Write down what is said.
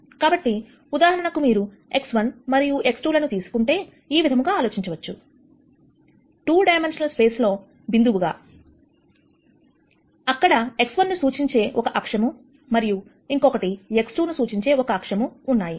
కాబట్టి ఉదాహరణకు మీరు x1 మరియు x2 లను తీసుకుంటే ఈ విధంగా ఆలోచించవచ్చు 2 డైమెన్షనల్ స్పేస్ లో బిందువు గాఅక్కడ x1 ను సూచించే ఒక అక్షము మరియు ఇంకొకటి x2 ను సూచించే అక్షము ఉన్నాయి